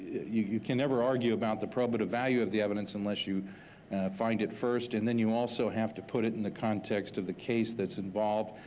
you you can never argue about the probative value of the evidence unless you find it first, and then you also have to put in the context of the case that's involved.